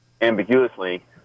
ambiguously